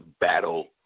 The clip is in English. battle